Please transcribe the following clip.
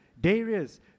Darius